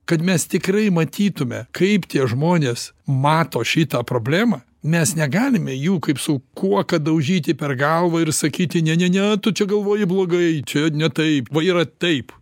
kad mes tikrai matytume kaip tie žmonės mato šitą problemą mes negalime jų kaip su kuoka daužyti per galvą ir sakyti ne ne ne tu čia galvoji blogai čia ne taip va yra taip